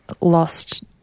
lost